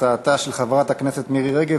הצעתה של חברת הכנסת מירי רגב,